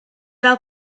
fel